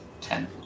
Ten